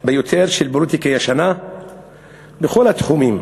ביותר של פוליטיקה ישנה בכל התחומים,